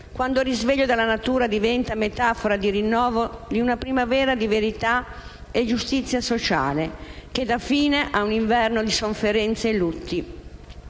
quando il risveglio della natura diventa metafora di rinnovo di una primavera di verità e giustizia sociale, che dà fine ad un inverno di sofferenza e lutti.